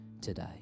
today